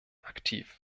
aktiv